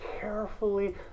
carefully